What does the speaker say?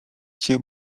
cię